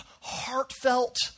heartfelt